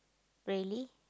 really